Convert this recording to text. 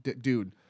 dude